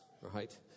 right